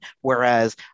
Whereas